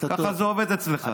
ככה זה עובד אצלך.